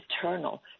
eternal